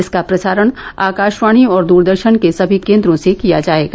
इसका प्रसारण आकाशवाणी और दूरदर्शन के सभी केन्द्रों से किया जाएगा